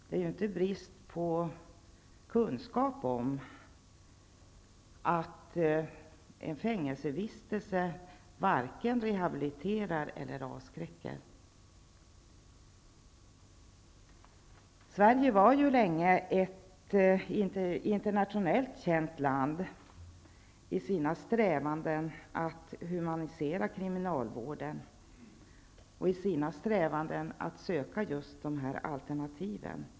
Det råder ingen brist på kunskap om att en fängelsevistelse varken rehabiliterar eller avskräcker. Sverige var länge internationellt känt som ett föregångsland i sina strävanden att humanisera kriminalvården och i sina strävanden att söka alternativ till frihetsberövande.